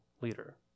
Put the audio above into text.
leader